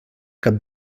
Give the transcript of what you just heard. cap